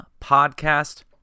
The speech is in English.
podcast